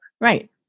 Right